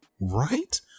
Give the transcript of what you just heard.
Right